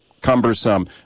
cumbersome